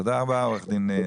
תודה רבה לך עו"ד זכאי.